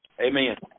Amen